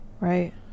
Right